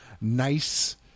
nice